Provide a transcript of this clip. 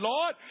Lord